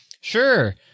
Sure